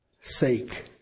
sake